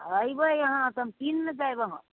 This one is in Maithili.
अयबै अहाँ तऽ हम चीन्ह ने जायब अहाँके